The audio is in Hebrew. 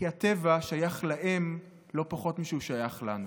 כי הטבע שייך להם לא פחות משהו שייך לנו.